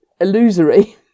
illusory